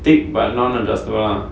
thick but non-adjustable lah